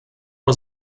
was